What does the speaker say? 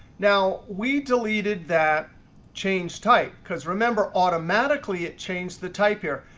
now we deleted that change type. because remember automatically, it changed the type here.